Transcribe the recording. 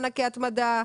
מענקי התמדה,